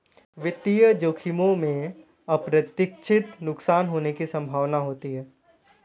वित्तीय जोखिमों में अप्रत्याशित नुकसान होने की संभावना होती है